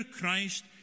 Christ